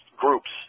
Groups